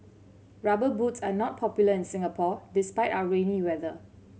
Rubber Boots are not popular in Singapore despite our rainy weather